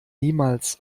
niemals